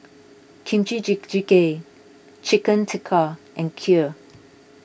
Kimchi Jjigae Chicken Tikka and Kheer